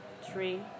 three